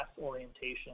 orientation